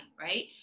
right